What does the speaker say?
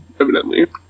evidently